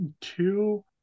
Two